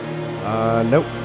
Nope